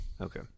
Okay